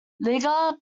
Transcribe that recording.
liga